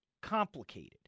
complicated